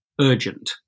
urgent